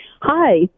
Hi